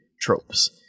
tropes